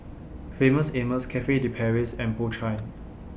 Famous Amos Cafe De Paris and Po Chai